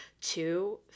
Two